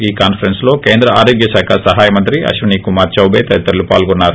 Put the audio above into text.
ఈ కాన్సరెన్స్ లో కేంద్ర తరోగ్య శాఖ సహాయ మంత్రి అశ్వీని కుమార్ చౌబే తదితరులు పాల్గొన్నారు